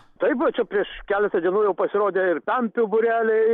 taip va čia prieš keletą dienų jau pasirodė ir pempių būreliai